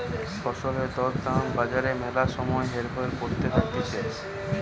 ফসলের দর দাম বাজারে ম্যালা সময় হেরফের করতে থাকতিছে